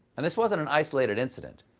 and this wasn't an isolated incident.